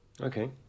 Okay